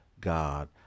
God